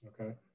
okay